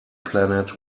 planet